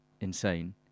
insane